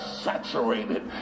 saturated